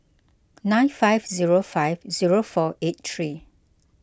nine five zero five zero four eight three